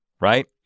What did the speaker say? right